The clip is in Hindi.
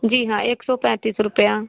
जी हाँ एक सौ पैंतीस रुपया